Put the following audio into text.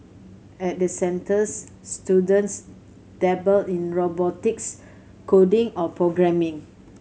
at the centres students dabble in robotics coding or programming